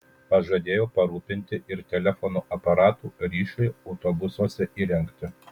pažadėjo parūpinti ir telefono aparatų ryšiui autobusuose įrengti